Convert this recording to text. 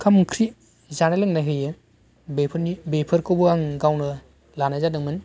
ओंखाम ओंख्रि जानाय लोंनाय होयो बेफोरनि बेफोरखौबो आं गावनो लानाय जादोंमोन